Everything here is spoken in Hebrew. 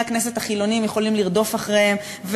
הכנסת החילונים יכולים לרדוף אחריהם,